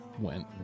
went